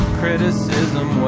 criticism